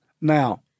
Now